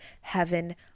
heaven